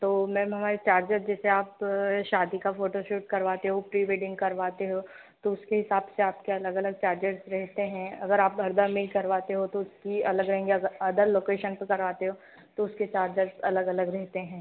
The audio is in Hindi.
तो मैम हमारे चार्जेस जैसे आप शादी का फ़ोटोशूट करवाते हो प्री वेडिंग करवाते हो तो उसके हिसाब से आपके अलग अलग चार्जर्स रहेते हैं अगर आप हरदा में ही करवाते हो तो उसकी अलग रहेंगे अगर अदर लोकेशन पर करवाते हो तो उसके चार्जेस अलग अलग रहते हैं